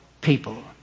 people